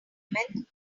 environment